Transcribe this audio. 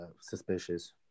suspicious